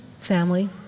family